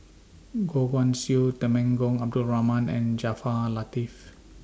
Goh Guan Siew Temenggong Abdul Rahman and Jaafar Latiff